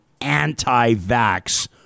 anti-vax